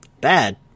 Bad